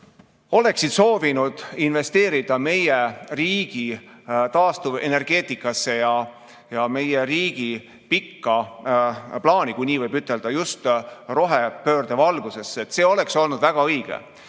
oleksid soovinud investeerida meie riigi taastuvenergeetikasse ja meie riigi pikka plaani, kui nii võib ütelda, just rohepöörde valguses. See oleks olnud väga õige.